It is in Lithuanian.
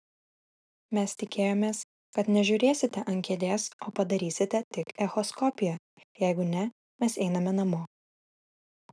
mes tikėjomės kad nežiūrėsite ant kėdės o padarysite tik echoskopiją jeigu ne mes einame namo